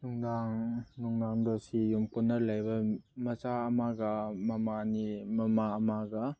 ꯅꯨꯡꯗꯥꯡ ꯅꯨꯡꯗꯥꯡꯗ ꯁꯤ ꯌꯨꯝ ꯀꯩꯅꯣ ꯂꯩꯕ ꯃꯆꯥ ꯑꯃꯒ ꯃꯃꯥ ꯑꯅꯤ ꯃꯃꯥ ꯑꯃꯒ